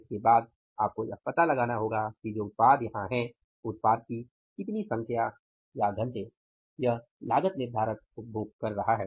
उसके बाद आपको यह पता लगाना होगा कि जो उत्पाद यहाँ है उत्पाद की कितनी संख्या या घंटे यह लागत निर्धारक उपभोग कर रहा है